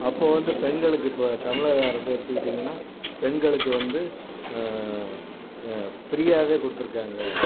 அப்போது வந்து பெண்களுக்கு இப்போ தமிழக அரசு எடுத்துக்கிட்டீங்கன்னால் பெண்களுக்கு வந்து ஃப்ரீயாகவே கொடுத்துருக்காங்க